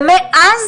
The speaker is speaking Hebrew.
ומאז